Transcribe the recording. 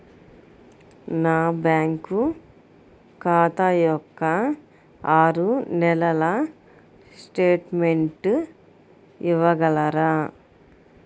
నా బ్యాంకు ఖాతా యొక్క ఆరు నెలల స్టేట్మెంట్ ఇవ్వగలరా?